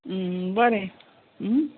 बरें